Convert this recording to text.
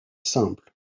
simple